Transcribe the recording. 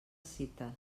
cites